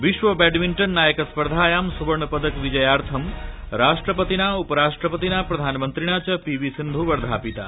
विश्वबैडमिण्टननायक स्पर्धायां स्वर्णपदक विजयार्थं राष्ट्रपतिना उपराष्ट्रपतिना प्रधानमन्त्रिणा च पीवी सिन्धु वर्धापिता